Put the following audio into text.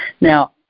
Now